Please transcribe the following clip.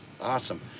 awesome